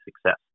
success